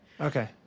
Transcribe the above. Okay